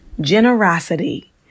Generosity